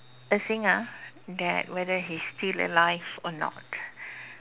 a singer that whether he's still alive or not